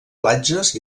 platges